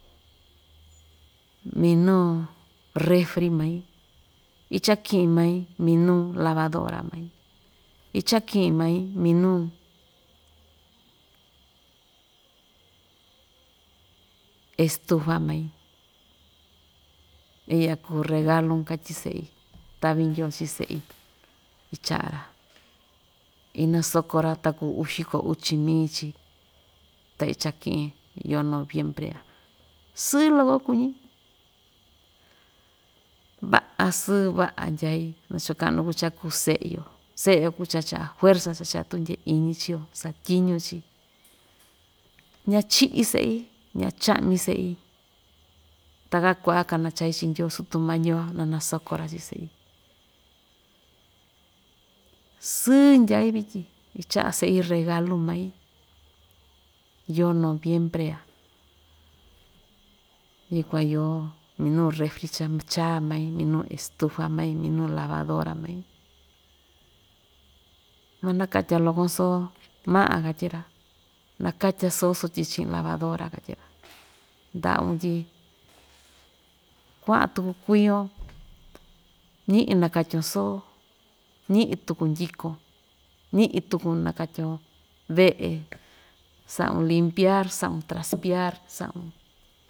Minuu refri mai ichaki'in mai minuu lavadora mai ichaki'in mai minu estufa mai i'ya kuu regalun katyi se'i ta'vi ndyoo chi se'í icha'a‑ra inasoko‑ra ta kuu uxiko uchi mi chí ta ichaki'in yoo noviembre ya sɨɨ loko kuñi va'a sɨɨ va'a ndyai nachoka'nu kuu cha kuu se'e‑yo se'e‑yo kuu cha‑cha'a juerza cha‑cha'a tundyeiñi chii‑yo satyiñu‑chi ñachi'í se'i ñacha'ñi se'i taka ku'va kanachai chi ndyoo sutumañiyo na nasoko‑ra chii se'i, sɨɨ ndyaí vityin icha'a se'i regalu mai yoo noviembre ya yukuan iyo minu refri cha‑chaa mai minu estufa mai minu lavadora mai manakatya lokon soo ma'a katyi‑ra nakatya soo sotyi chi'in lavadora katyi‑ra nda'vun tyi kua'an tuku kuiyon ñi'i nakatyon soo ñi'i tuku ndyikon ñi'i tuku nakatyon ve'e sa'un limpiar sa'un traspear sa'un.